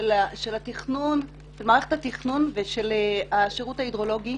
מערכת התכנון והשירות ההידרולוגי